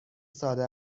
ساده